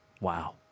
wow